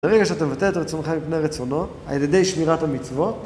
ברגע שאתה מבטל את רצונך לפני רצונו, ע"י שמירת המצוות...